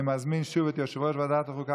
אני מזמין שוב את יושב-ראש ועדת החוקה,